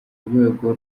rwego